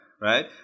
right